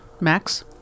Max